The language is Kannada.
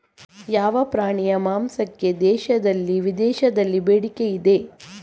ಯಾವ ಪ್ರಾಣಿಯ ಮಾಂಸಕ್ಕೆ ದೇಶದಲ್ಲಿ ವಿದೇಶದಲ್ಲಿ ಬೇಡಿಕೆ ಇದೆ?